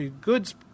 goods